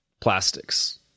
plastics